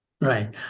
Right